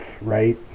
right